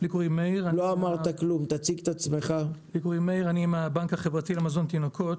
לי קוראים מאיר, אני מהבנק החברתי לתינוקות.